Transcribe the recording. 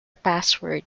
password